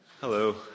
Hello